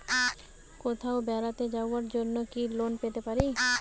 কোথাও বেড়াতে যাওয়ার জন্য কি লোন পেতে পারি?